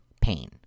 pain